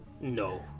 No